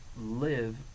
live